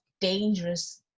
dangerous